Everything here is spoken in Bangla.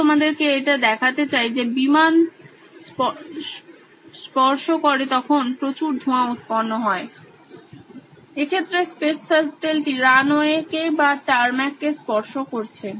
আমি তোমাদেরকে এটা দেখাতে চাই যে যখন বিমান স্পর্শ করে তখন প্রচুর ধোঁয়া উৎপন্ন হয় এক্ষেত্রে স্পেস শাটল টি রানওয়েকে বা টারম্যাক কে স্পর্শ করছে